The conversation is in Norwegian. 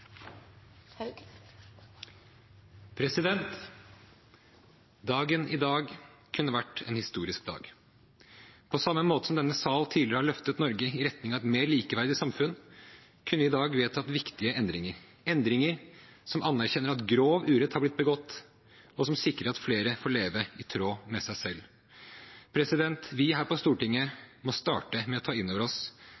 Dagen i dag kunne vært en historisk dag. På samme måte som denne sal tidligere har løftet Norge i retning av et mer likeverdig samfunn, kunne vi i dag vedtatt viktige endringer – endringer som anerkjenner at grov urett har blitt begått, og som sikrer at flere får leve i tråd med seg selv. Vi her på Stortinget